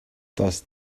das